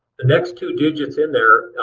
the next two digits in there,